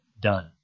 done